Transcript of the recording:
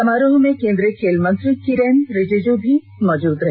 समारोह में केन्द्रीय खेल मंत्री किरेन रिजुजू भी मौजूद रहे